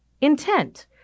intent